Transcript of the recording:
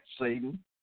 Satan